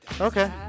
Okay